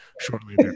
shortly